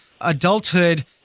adulthood